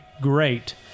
great